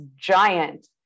giant